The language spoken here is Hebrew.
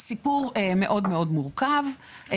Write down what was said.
סיפור מאוד מורכב.